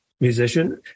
musician